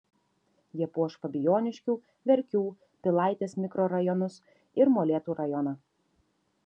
jie puoš fabijoniškių verkių pilaitės mikrorajonus ir molėtų rajoną